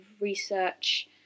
research